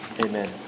Amen